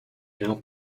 now